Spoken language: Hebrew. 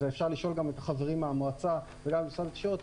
ואפשר לשאול גם את החברים המועצה וגם את משרד התקשורת.